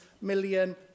million